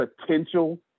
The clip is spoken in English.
potential